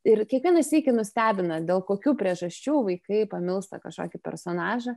ir kiekvieną sykį nustebina dėl kokių priežasčių vaikai pamilsta kažkokį personažą